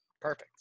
Perfect